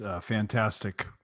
fantastic